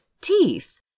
teeth